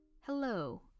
hello